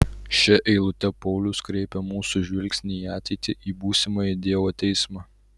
šia eilute paulius kreipia mūsų žvilgsnį į ateitį į būsimąjį dievo teismą